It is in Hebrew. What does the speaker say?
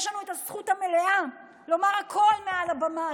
יש לנו את הזכות המלאה לומר הכול מעל הבמה,